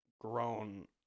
grown